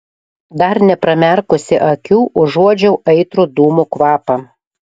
dar nepramerkusi akių užuodžiau aitrų dūmų kvapą